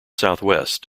southwest